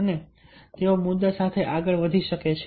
અને તેઓ મુદ્દાઓ સાથે આગળ વધી શકે છે